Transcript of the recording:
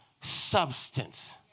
substance